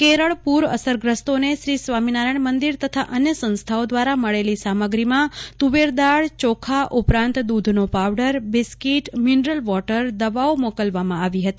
કેરળ પૂર અસરગ્રસ્તોને શ્રી સ્વામિનારાયણ મંદિર તથા અન્ય સંસ્થાઓ દ્વારા મળેલી સામગ્રીમાં તુવેરદાળ ચોખા ઉપરાંત દૂધનો પાવડર બીસ્કિટ મીનરલ વોટર દવાઓ મોકલવામાં આવી હતી